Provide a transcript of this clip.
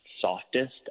softest